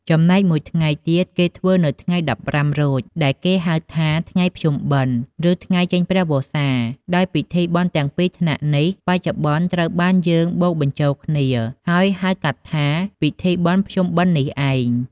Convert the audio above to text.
ចំណែកមួយថ្ងៃទៀតគេធ្វើនៅថ្ងៃ ១៥រោច ដែលគេហៅថាថ្ងៃភ្ជុំបិណ្ឌ ឬថ្ងៃចេញព្រះវស្សាដោយ ពិធីបុណ្យទាំងពីរថ្នាក់នេះ បច្ចុប្បន្នត្រូវបានយើងបូកបញ្ចូលគ្នា ហើយហៅកាត់ថា ពិធីបុណ្យបិណ្ឌភ្ជុំនេះឯង។